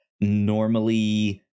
normally